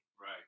Right